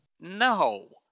no